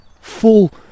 full